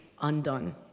undone